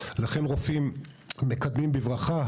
PA. לכן רופאים מקדמים בברכה.